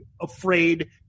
afraid